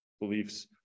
beliefs